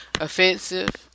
offensive